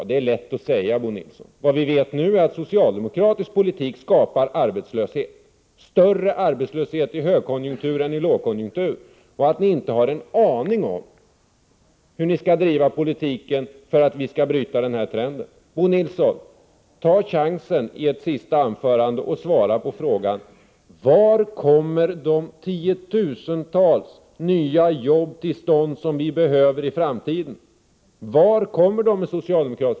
Det är lätt att säga, men vi vet nu att socialdemokratisk politik skapar arbetslöshet, större arbetslöshet i högkonjunktur än i lågkonjunktur. Ni har dessutom inte en aning om hur ni skall driva politiken för att bryta denna trend. Ta chansen i ett sista anförande, Bo Nilsson, och svara på frågan: Var kommer, med en socialdemokratisk politik, de tiotusentals nya jobb till stånd som vi i framtiden behöver?